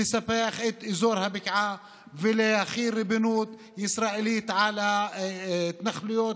לספח את אזור הבקעה ולהחיל ריבונות ישראלית על ההתנחלויות,